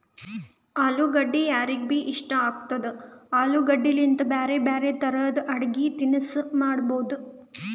ಅಲುಗಡ್ಡಿ ಯಾರಿಗ್ಬಿ ಇಷ್ಟ ಆಗ್ತದ, ಆಲೂಗಡ್ಡಿಲಿಂತ್ ಬ್ಯಾರೆ ಬ್ಯಾರೆ ತರದ್ ಅಡಗಿ ತಿನಸ್ ಮಾಡಬಹುದ್